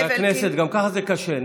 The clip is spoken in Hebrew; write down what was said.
חברי הכנסת, גם ככה זה קשה.